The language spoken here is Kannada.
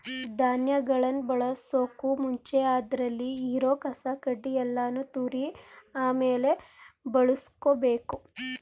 ಧಾನ್ಯಗಳನ್ ಬಳಸೋಕು ಮುಂಚೆ ಅದ್ರಲ್ಲಿ ಇರೋ ಕಸ ಕಡ್ಡಿ ಯಲ್ಲಾನು ತೂರಿ ಆಮೇಲೆ ಬಳುಸ್ಕೊಬೇಕು